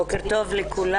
בוקר טוב לכולם.